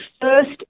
first